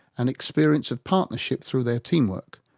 and experience of partnership through their team work,